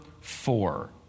four